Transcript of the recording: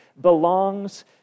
belongs